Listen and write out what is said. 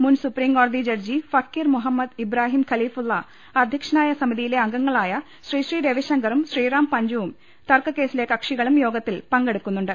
മുൻ സുപ്രീംകോടതി ജഡ്ജി ഫക്കീർ മുഹമ്മദ് ഇബ്രാഹിം ഖലീഫുള്ള അധ്യക്ഷനായ സമിതിയിലെ അംഗങ്ങളായ ശ്രീ ശ്രീ രവിശങ്കറും ശ്രീറാം പഞ്ചുവും തർക്കക്കേസിലെ കക്ഷി കളും യോഗത്തിൽ പങ്കെടുക്കുന്നുണ്ട്